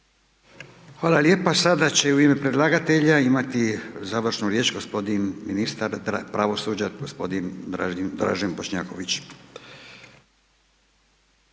Hvala lijepa. Sada će i u ime predlagatelja imati završnu riječ g. ministar pravosuđa g. Dražen Bošnjaković.